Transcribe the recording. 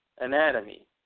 anatomy